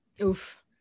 oof